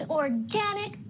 organic